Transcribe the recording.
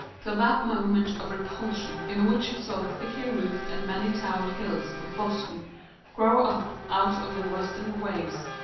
till that moment of repulsion in which she saw the thickly roofed and many towered hills of boston grow up out of the western waves.